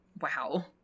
Wow